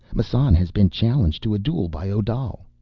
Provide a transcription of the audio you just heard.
massan has been challenged to a duel by odal!